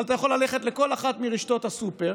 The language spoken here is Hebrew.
אבל אתה יכול ללכת לכל אחת מרשתות הסופר